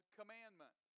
commandment